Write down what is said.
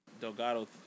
Delgado